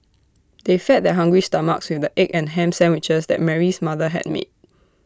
they fed their hungry stomachs with the egg and Ham Sandwiches that Mary's mother had made